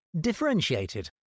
differentiated